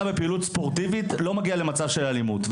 בפעילות ספורטיבית לא מגיע למצב של אלימות,